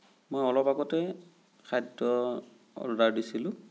মই অলপ আগতে খাদ্য অৰ্ডাৰ দিছিলোঁ